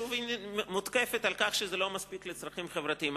שוב היא מותקפת על כך שזה לא מספיק לצרכים חברתיים.